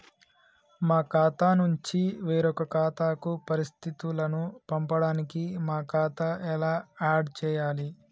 మా ఖాతా నుంచి వేరొక ఖాతాకు పరిస్థితులను పంపడానికి మా ఖాతా ఎలా ఆడ్ చేయాలి?